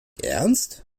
ernst